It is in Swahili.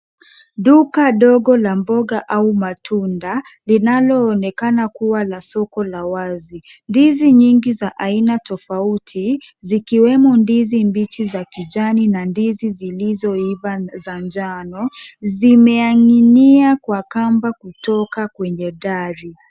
Duka dogo la mboga au matunda linaloonekana kuwa la soko la wazi. Ndizi nyingi za aina tofauti zikiwemo ndizi mbichi za kijani na ndizi zilizoiva za njano zimening'inia kwa kamba kutoka kwenye dari.